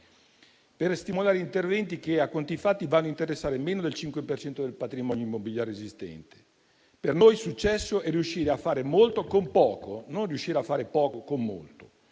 per stimolare interventi che, a conti fatti, vanno a interessare meno del 5 per cento del patrimonio immobiliare esistente. Per noi il successo è riuscire a fare molto con poco, non riuscire a fare poco con molto.